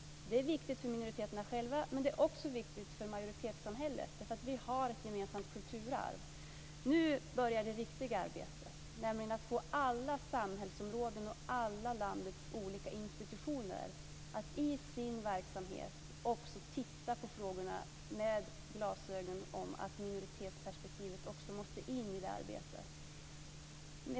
Det är viktigt för minoriteterna själva, men det är också viktigt för majoritetssamhället, därför att vi har ett gemensamt kulturarv. Nu börjar det riktiga arbetet, nämligen att få alla samhällsområden och alla landets olika institutioner att i sin verksamhet också titta på frågorna med glasögon. Och minoritetsperspektivet måste in i detta arbete.